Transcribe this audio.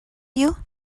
you